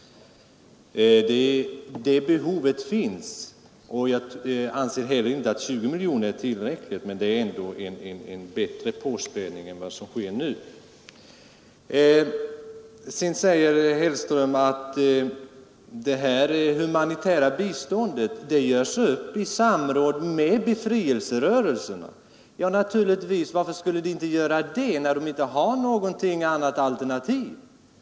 Det är där behoven finns. Jag anser inte att 20 miljoner är tillräckligt, men det är ändå en bättre påspädning än vad som nu sker. Vidare sade herr Hellström att det humanitära biståndet görs upp i samråd med befrielserörelserna. Ja, naturligtvis. Varför skulle det inte göra det, när det inte finns något annat alternativ?